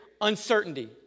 uncertainty